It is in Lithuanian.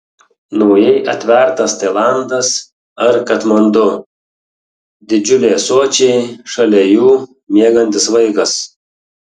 naujai atvertas tailandas ar katmandu didžiuliai ąsočiai šalia jų miegantis vaikas